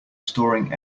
storing